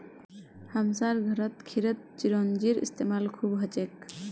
हमसार घरत खीरत चिरौंजीर इस्तेमाल खूब हछेक